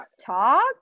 talk